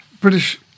British